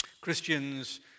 Christians